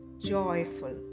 joyful